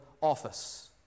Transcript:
office